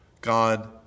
God